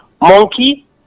Monkey